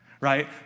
right